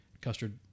custard